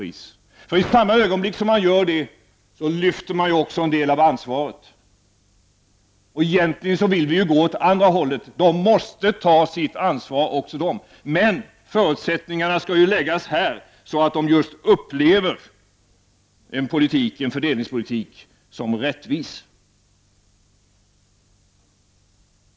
I samma ögonblick som man gör det lyfter man också bort en del av ansvaret, men egentligen vill vi gå åt andra hållet, dvs. att de också måste ta sitt ansvar. Förutsättningarna skall läggas här, så att de just upplever en fördelningspolitik som rättvis.